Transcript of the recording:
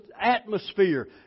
atmosphere